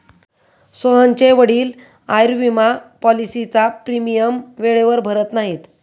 सोहनचे वडील आयुर्विमा पॉलिसीचा प्रीमियम वेळेवर भरत नाहीत